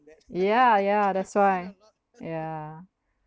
yeah yeah that's why yeah